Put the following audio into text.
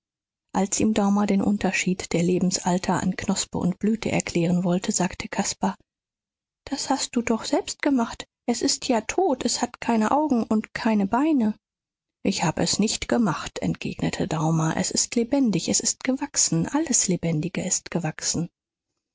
als ihm daumer den unterschied der lebensalter an knospe und blüte erklären wollte sagte caspar das hast du doch selbst gemacht es ist ja tot es hat keine augen und keine beine ich hab es nicht gemacht entgegnete daumer es ist lebendig es ist gewachsen alles lebendige ist gewachsen